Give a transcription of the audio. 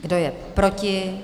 Kdo je proti?